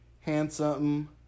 Handsome